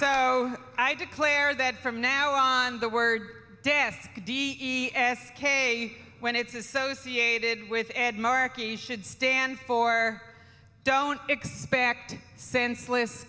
so i declare that from now on the word death d e s k when it's associated with ed markey should stand for don't expect senseless